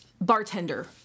bartender